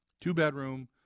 two-bedroom